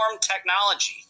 technology